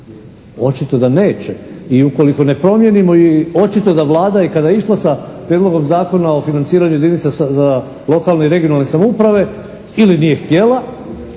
Očito da neće. I ukoliko ne promijenimo i očito da Vlada i kada je išla sa Prijedlogom zakona o financiranju jedinica za lokalne i regionalne samouprave ili nije htjela